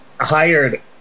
hired